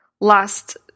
last